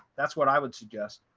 that's what i would suggest.